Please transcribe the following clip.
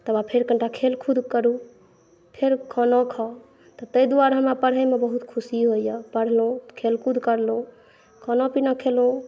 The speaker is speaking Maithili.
तकर बाद फेर कनीटा खेलकूद करू फेर खाना खाउ तऽ ताहि दुआरे हमरा पढैमे बहुत खुशी होइए पढलहुॅं खेलकूद करलहुॅं खानापीना खेलहुॅं